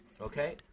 Okay